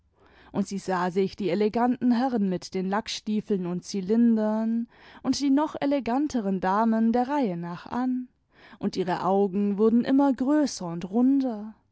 und sie sah sich die eleganten herren mit den lackstiefeln und zylindern und die noch eleganteren damen der reihe nach an und ihre augen wurden immer größer und runder